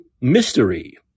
mystery